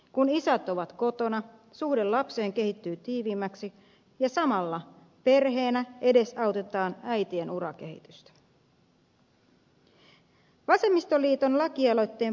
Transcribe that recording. kun isät ovat kotona suhde lapseen kehittyy tiiviimmäksi ja samalla perheenä edesautetaan äitien urakehitystä